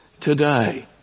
today